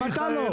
גם אתה לא.